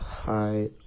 Hi